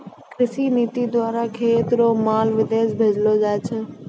कृषि नीति द्वारा खेती रो माल विदेश भेजलो जाय छै